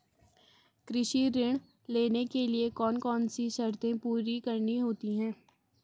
कृषि ऋण लेने के लिए कौन कौन सी शर्तें पूरी करनी होती हैं?